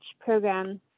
program